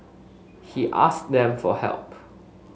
he asked them for help